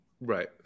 Right